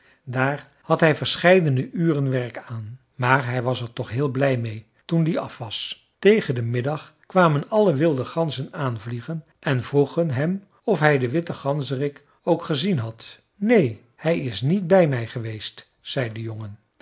daar had hij verscheidene uren werk aan maar hij was er ook heel blij mee toen die af was tegen den middag kwamen alle wilde ganzen aanvliegen en vroegen hem of hij den witten ganzerik ook gezien had neen hij is niet bij mij geweest zei de jongen